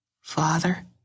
Father